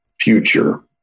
future